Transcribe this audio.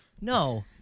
no